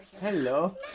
Hello